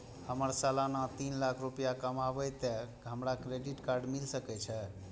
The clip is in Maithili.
हमर सालाना तीन लाख रुपए कमाबे ते हमरा क्रेडिट कार्ड मिल सके छे?